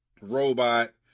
robot